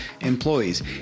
employees